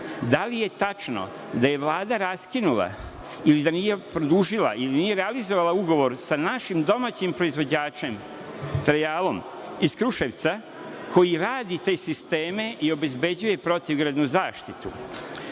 Da li je tačno da je Vlada raskinula ili da nije produžila ili nije realizovala ugovor sa našim domaćim proizvođačem „Trejalom“ iz Kruševca, koji radi te sisteme i obezbeđuje protivgradnu zaštitu,